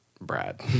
Brad